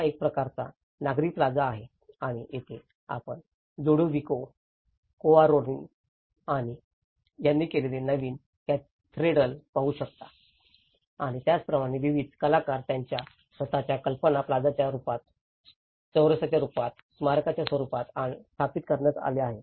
हा एक प्रकारचा नागरी प्लाझा आहे आणि येथे आपण लुडोव्हिको कोआरोनी यांनी केलेले नवीन कॅथेड्रल पाहू शकता आणि त्याप्रमाणेच विविध कलाकार त्यांच्या स्वत च्या कल्पना प्लाझाच्या स्वरूपात चौरसांच्या स्वरूपात स्मारकांच्या स्वरूपात स्थापित करण्यास आले आहेत